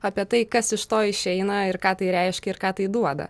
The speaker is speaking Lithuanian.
apie tai kas iš to išeina ir ką tai reiškia ir ką tai duoda